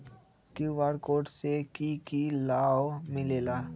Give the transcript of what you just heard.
QR code से कि कि लाव मिलेला?